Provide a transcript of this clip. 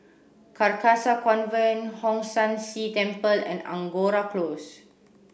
Carcasa Convent Hong San See Temple and Angora Close